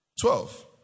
Twelve